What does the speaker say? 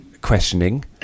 questioning